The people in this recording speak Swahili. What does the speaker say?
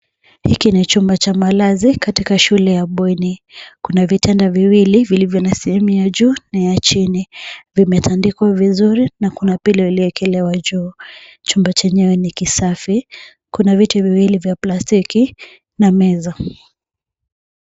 Hiki ni chumba cha malazi katika shule ya bweni. Kuna vitanda viwili vilivyo na sehemu ya juu na ya chini. Vimetandikwa vizuri na kuna (cs)pillow(cs) iliyowekelewa juu. Chumba chenyewe ni kisafi. Kuna viti viwili vya plastiki na meza.